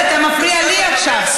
רק,